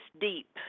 deep